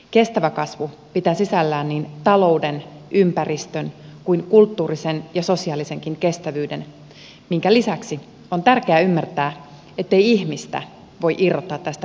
kestävä kasvu pitää sisällään niin talouden ympäristön kuin kulttuurisen ja sosiaalisenkin kestävyyden minkä lisäksi on tärkeää ymmärtää ettei ihmistä voi irrottaa tästä yhteydestä